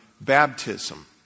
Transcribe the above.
baptism